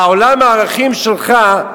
עולם הערכים שלך,